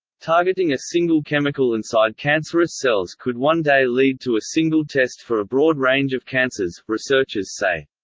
targeting a single chemical inside cancerous cells could one day lead to a single test for a broad range of cancers, researchers say.